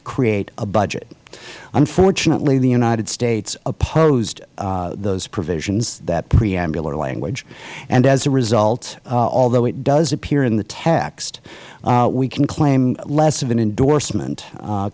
to create a budget unfortunately the united states opposed those provisions that preambular language and as a result although it does appear in the text we can claim less of an endorsement